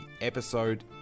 episode